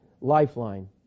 lifeline